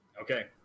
Okay